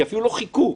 כי אפילו לא חיכו.